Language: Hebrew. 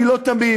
אני לא תמים,